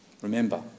Remember